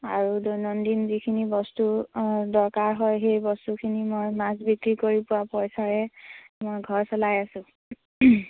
আৰু দৈনন্দিন যিখিনি বস্তু দৰকাৰ হয় সেই বস্তুখিনি মই মাছ বিক্ৰী কৰি পোৱা পইচাৰে মই ঘৰ চলাই আছোঁ